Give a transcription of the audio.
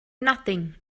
nothing